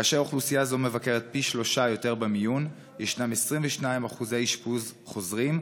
שכן אוכלוסייה זו מבקרת פי שלושה יותר במיון וישנם 22% אשפוזים חוזרים.